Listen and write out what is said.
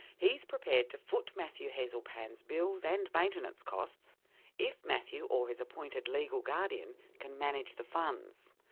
he's prepared to foot matthew hiasl pan bills and maintenance costs if matthew or his appointed legal guardian can manage the funds.